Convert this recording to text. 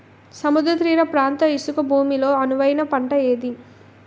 సముద్ర తీర ప్రాంత ఇసుక భూమి లో అనువైన పంట ఏది?